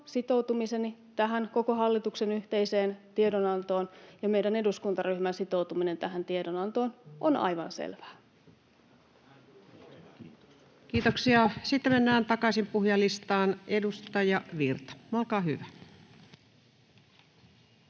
sitoutumiseni tähän koko hallituksen yhteiseen tie- donantoon ja meidän eduskuntaryhmän sitoutuminen tähän tiedonantoon on aivan selvää. [Sebastian Tynkkynen: Näin juuri!] [Speech 168] Speaker: